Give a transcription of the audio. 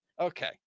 Okay